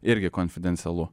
irgi konfidencialu